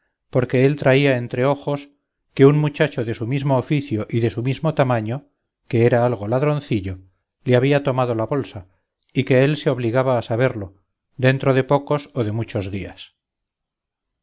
porque él traía entre ojos que un muchacho de su mismo oficio y de su mismo tamaño que era algo ladroncillo le había tomado la bolsa y que él se obligaba a saberlo dentro de pocos o de muchos días